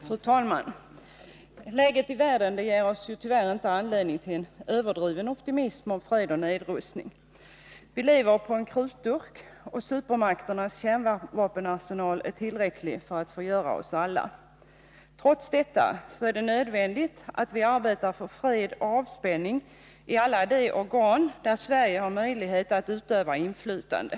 Fru talman! Läget i världen ger oss tyvärr inte anledning till en överdriven optimism om fred och nedrustning. Vi lever på en krutdurk, och supermakternas kärnvapenarsenal är tillräcklig för att förgöra oss alla. Trots detta är det nödvändigt att vi arbetar för fred och avspänning i alla de organ där Sverige har möjlighet att utöva inflytande.